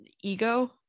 ego